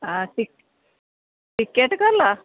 ହଁ ଟିକେଟ୍ କଲ